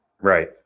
Right